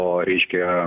o reiškia